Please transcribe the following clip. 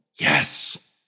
yes